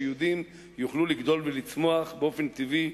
שיהודים יוכלו לגדול ולצמוח באופן טבעי,